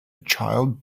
child